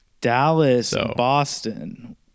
Dallas-Boston